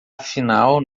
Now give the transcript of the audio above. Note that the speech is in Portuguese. afinal